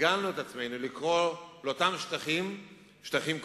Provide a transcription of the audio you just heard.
הרגלנו את עצמנו לקרוא לאותם שטחים "שטחים כבושים"?